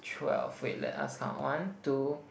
twelve wait let us count one two